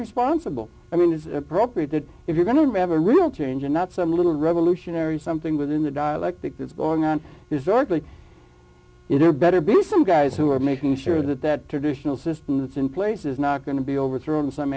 responsible i mean it's appropriate that if you're going to revel in real change and not some little revolutionary something within the dialectic that's going on is earthly you know better be some guys who are making sure that that traditional system that's in place is not going to be overthrown some